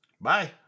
bye